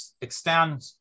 extend